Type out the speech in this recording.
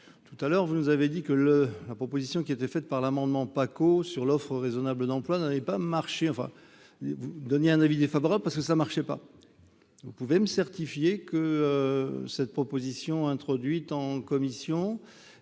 tout à l'heure, vous nous avez dit que le la proposition qui était faite par l'amendement Paco sur l'offre raisonnable d'emploi n'avait pas marcher enfin vous donniez un avis défavorable, parce que ça marchait pas, vous pouvez me certifier que cette proposition introduite en commission